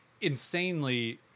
insanely